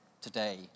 today